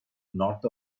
north